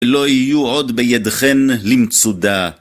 לא יהיו עוד בידכם למצודה.